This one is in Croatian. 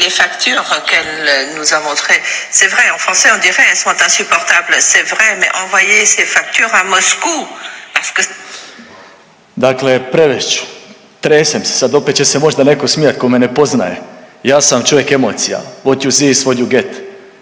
Dakle, prevest ću. Tresem se sad opet će se sad netko smijat tko me ne poznaje, ja sam vam čovjek emocija what you see is what you get,